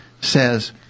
says